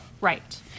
Right